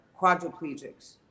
quadriplegics